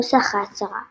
נוסח ההצהרה